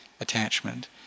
attachment